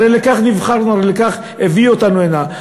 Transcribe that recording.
הרי לכך נבחרנו, הרי לכך הביאו אותו הנה.